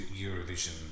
Eurovision